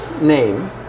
name